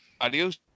adios